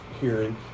hearing